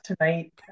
tonight